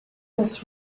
has